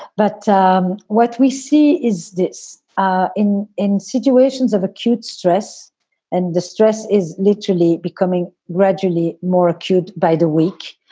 but um what we see is this ah in in situations of acute stress and distress is literally becoming gradually more acute by the week.